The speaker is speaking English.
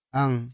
ang